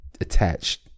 attached